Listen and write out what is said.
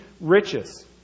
riches